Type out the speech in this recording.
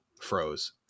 froze